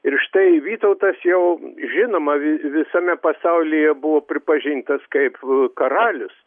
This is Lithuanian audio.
ir štai vytautas jau žinoma vi visame pasaulyje buvo pripažintas kaip karalius